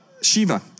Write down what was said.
Shiva